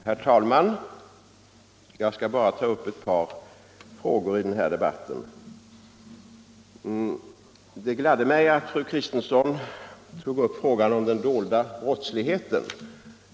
Herr talman! Jag skall bara beröra ett par detaljer i den här debatten. Det gladde mig att fru Kristensson tog upp frågan om den dolda brottsligheten.